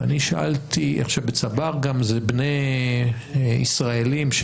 בצבר זה בני ישראלים,